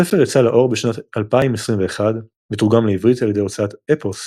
הספר יצא לאור בשנת 2021 ותורגם לעברית על ידי הוצאת אופוס